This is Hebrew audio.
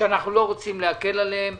שאנחנו לא רוצים להקל עליהם.